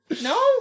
No